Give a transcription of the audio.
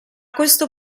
questo